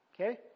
Okay